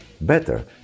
better